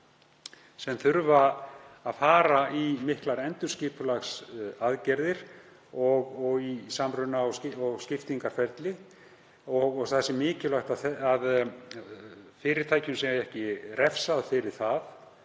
þurfi að fara í miklar endurskipulagsaðgerðir og í samruna- og skiptingarferli, og því sé mikilvægt að fyrirtækjum sé ekki refsað fyrir það